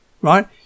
right